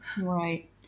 right